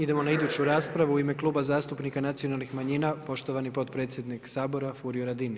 Idemo na iduću raspravu u ime Kluba zastupnika nacionalnih manjina poštovani potpredsjednik Sabora Furio Radin.